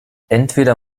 entweder